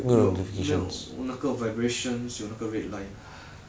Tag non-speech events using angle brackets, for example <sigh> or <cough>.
有没有那个 vibrations 有那个 red line <breath>